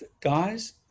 guys